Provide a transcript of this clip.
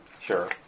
Sure